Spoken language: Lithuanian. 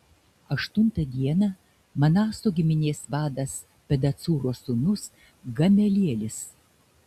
aštuntą dieną manaso giminės vadas pedacūro sūnus gamelielis